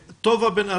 טובה בן ארי,